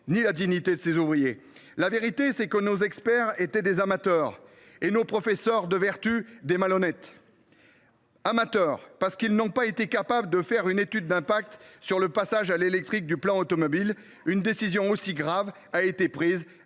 ni la dignité de ses ouvriers. « La vérité, c’est que nos experts étaient des amateurs, et nos professeurs de vertu des malhonnêtes ! Je vous dis “amateurs”, car ils n’ont pas été capables de réaliser une étude d’impact sur le passage à l’électrique du parc automobile. Une décision aussi grave a été prise